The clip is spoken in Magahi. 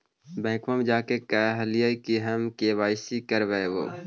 बैंकवा मे जा के कहलिऐ कि हम के.वाई.सी करईवो?